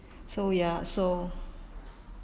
so ya so